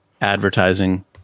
advertising